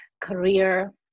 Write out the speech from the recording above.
career